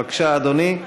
בבקשה, אדוני.